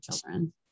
children